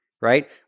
right